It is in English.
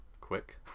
quick